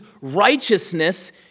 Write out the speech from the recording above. righteousness